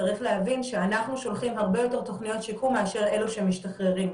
צריך להבין שאנחנו שולחים הרבה יותר תוכניות שיקום מאשר אלה שמשתחררים,